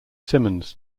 simmons